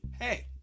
Hey